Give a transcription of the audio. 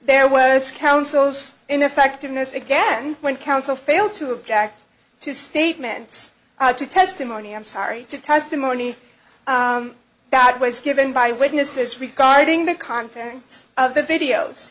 there was counsel's ineffectiveness again when counsel failed to object to statements to testimony i'm sorry to testimony that was given by witnesses regarding the contents of the videos